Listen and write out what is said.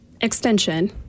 extension